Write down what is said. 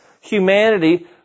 humanity